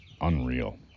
unreal